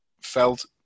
felt